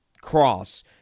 cross